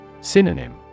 Synonym